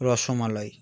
rasmalai